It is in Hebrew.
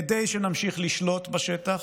כדי שנמשיך לשלוט בשטח,